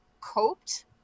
coped